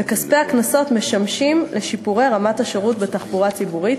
וכספי הקנסות משמשים לשיפורי רמת השירות בתחבורה הציבורית,